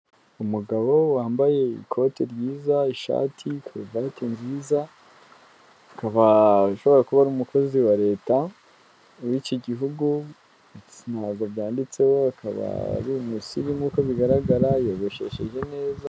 Umugabo wambaye ikote ryiza, ishati, karuvti nziza, akaba ashobora kuba ari umukozi wa leta w'iki gihugu, ntabwo byanditseho, akaba ari umusirimu nk'uko bigaragara, yiyogoshesheje neza.